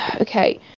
Okay